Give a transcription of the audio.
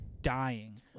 Dying